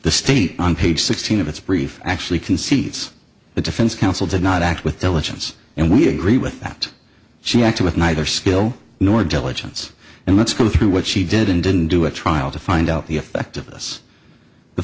the state on page sixteen of its brief actually concedes the defense counsel did not act with diligence and we agree with that she acted with neither skill nor diligence and let's go through what she did and didn't do a trial to find out the effect